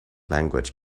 language